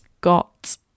got